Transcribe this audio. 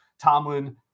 Tomlin